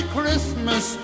Christmas ¶